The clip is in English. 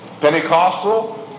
Pentecostal